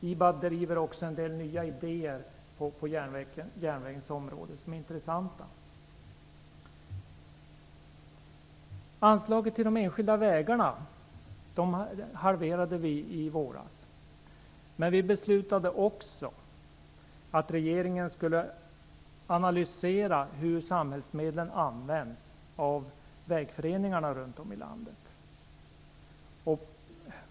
IBAB driver också en del nya och intressanta idéer på järnvägens område. Vi halverade i våras anslaget till de enskilda vägarna, men vi beslutade också att regeringen skulle analysera hur samhällsmedlen till vägföreningarna ute i landet används av dessa föreningar.